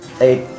eight